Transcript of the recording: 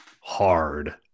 hard